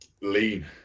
lean